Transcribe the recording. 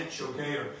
okay